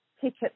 tickets